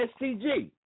STG